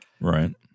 Right